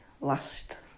last